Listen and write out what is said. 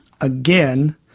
Again